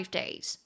days